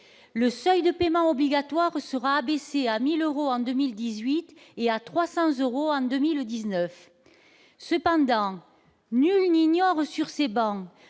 Le seuil de paiement obligatoire sera abaissé à 1 000 euros en 2018 et à 300 euros en 2019. Cependant, nul n'ignore sur ces travées